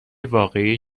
واقعی